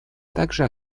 также